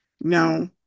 no